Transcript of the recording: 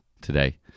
today